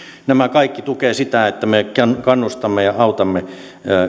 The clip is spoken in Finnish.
nämä kaikki tukevat sitä että me kannustamme ja autamme